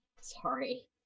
sorry